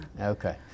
Okay